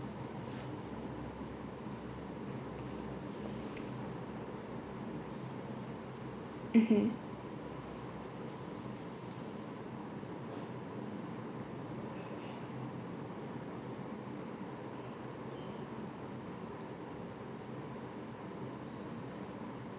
mmhmm